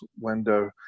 window